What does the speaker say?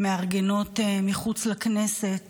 מארגנות מחוץ לכנסת